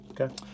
Okay